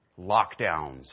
lockdowns